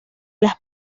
las